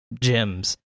gems